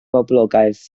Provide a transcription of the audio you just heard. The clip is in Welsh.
boblogaeth